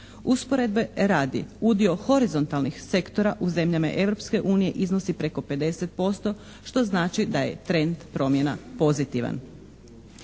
Usporedbe radi, udio horizontalnih sektora u zemljama Europske unije iznosi preko 50% što znači da je trend promjena pozitivan.